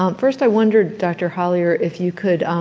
um first i wondered, dr. hollier, if you could